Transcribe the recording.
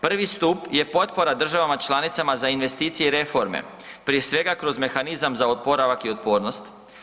Prvi stup je potpora državama članicama za investicije i reforme, prije svega kroz mehanizam za oporavak i otpornost.